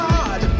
God